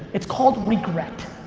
it's called regret.